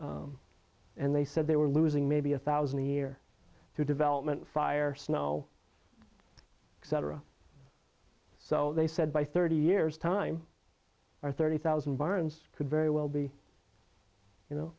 roughly and they said they were losing maybe a thousand a year to development fire snow cetera so they said by thirty years time or thirty thousand barns could very well be you know